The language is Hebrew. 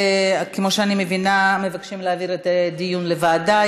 כמו שאני מבינה, מבקשים להעביר את הדיון לוועדה.